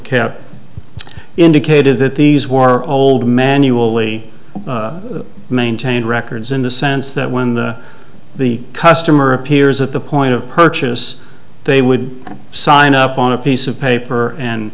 care indicated that these were old manually maintained records in the sense that when the the customer appears at the point of purchase they would sign up on a piece of paper and